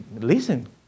listen